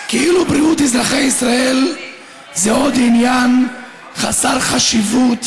כאילו בריאות אזרחי ישראל זה עוד עניין חסר חשיבות